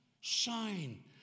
shine